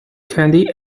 candy